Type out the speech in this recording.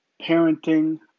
parenting